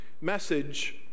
Message